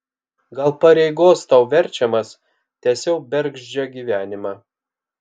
gal pareigos tau verčiamas tęsiau bergždžią gyvenimą